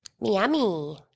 Miami